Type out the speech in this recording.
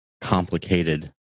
complicated